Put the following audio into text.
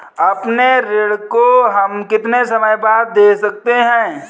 अपने ऋण को हम कितने समय बाद दे सकते हैं?